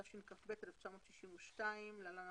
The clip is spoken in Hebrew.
התשכ"ב-1962 (להלן